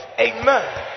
Amen